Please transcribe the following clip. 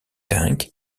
tank